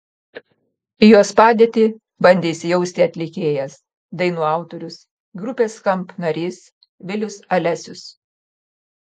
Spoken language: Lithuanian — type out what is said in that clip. į jos padėtį bandė įsijausti atlikėjas dainų autorius grupės skamp narys vilius alesius